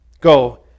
Go